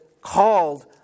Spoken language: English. called